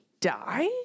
die